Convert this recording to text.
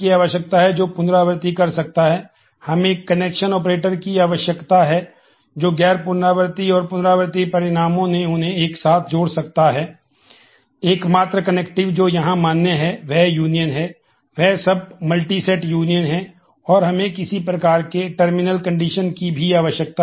अब पुनरावर्ती व्यूज है यह हमेशा के लिए नहीं चलता रह सकता है